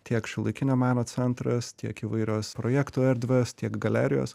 tiek šiuolaikinio meno centras tiek įvairios projektų erdvės tiek galerijos